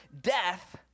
death